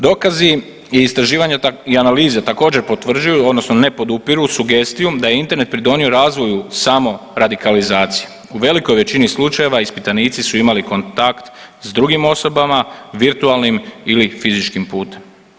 Dokazi i istraživanja i analize također potvrđuju odnosno ne podupiru sugestiju da je Internet pridonio razvoju samo radikalizacije, u velikoj većini slučajeva ispitanici su imali kontakt s drugim osobama, virtualnim ili fizičkim putem.